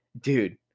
dude